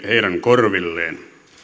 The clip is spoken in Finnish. heidän korvilleen